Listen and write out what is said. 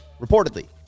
reportedly